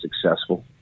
successful